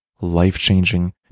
life-changing